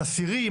אסירים,